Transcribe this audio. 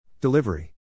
Delivery